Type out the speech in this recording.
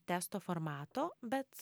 testo formato bet